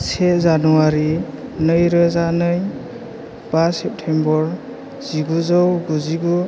से जानुवारि नै रोजा नै बा सेप्तेम्बर जिगुजौ गुजि गु